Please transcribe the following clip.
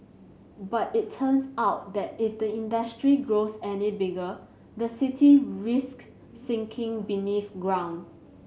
but it turns out that if the industry grows any bigger the city risks sinking beneath ground